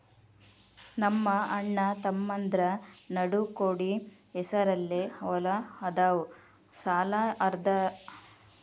ನಮ್ಮಅಣ್ಣತಮ್ಮಂದ್ರ ನಡು ಕೂಡಿ ಹೆಸರಲೆ ಹೊಲಾ ಅದಾವು, ಸಾಲ ಯಾರ್ದರ ಒಬ್ಬರ ಹೆಸರದಾಗ ತಗೋಬೋದೇನ್ರಿ?